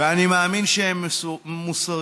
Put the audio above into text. ואני מאמין שהם מוסריים.